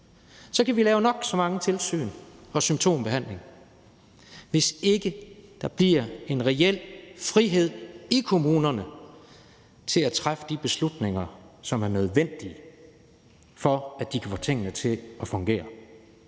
Vi kan lave nok så mange tilsyn og nok så meget symptombehandling, hvis ikke der bliver en reel frihed i kommunerne til at træffe de beslutninger, som er nødvendige for, at de kan få tingene til at fungere.